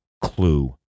clue